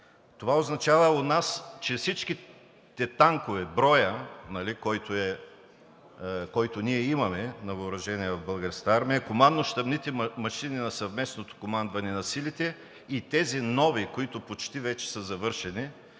означава у нас, че всичките танкове, броят, който имаме на въоръжение в Българската армия, командно-щабните машини на съвместното командване на силите и тези нови, които почти вече са завършени